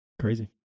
Crazy